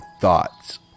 Thoughts